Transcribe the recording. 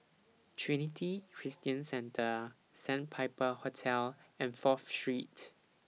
Trinity Christian Centre Sandpiper Hotel and Fourth Street